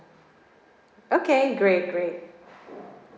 okay great great